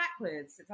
backwards